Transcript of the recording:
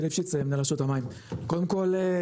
קודם כל,